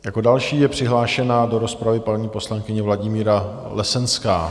Jako další je přihlášena do rozpravy paní poslankyně Vladimíra Lesenská.